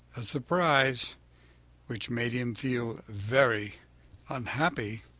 a surprise which made him feel very unhappy,